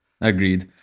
Agreed